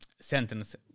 sentence